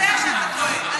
על איזה חוקים מדובר?